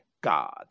God